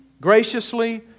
graciously